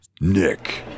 Nick